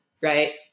right